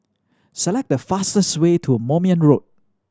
select the fastest way to Moulmein Road